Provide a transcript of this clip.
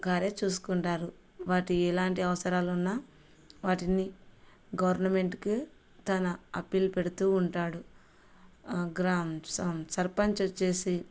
గారే చూసుకుంటారు వాటి ఎలాంటి అవసరాలున్నా వాటిని గవర్నమెంట్కి తన అప్పీల్ పెడుతూ ఉంటాడు సర్పంచ్ వచ్చేసి